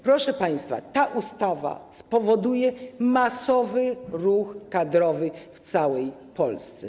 Proszę państwa, ta ustawa spowoduje masowy ruch kadrowy w całej Polsce.